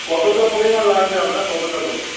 কতটা পরিমাণ লাগবে আপনার কতটা করে